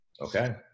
Okay